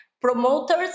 promoters